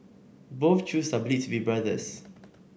both Chews are believed to be brothers